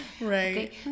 Right